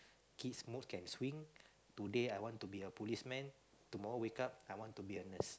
kids mood can swing today I want to be a policeman tomorrow wake up I want to be a nurse